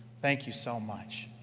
thank you so much.